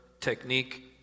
technique